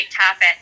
topic